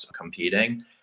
competing